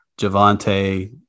Javante